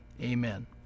amen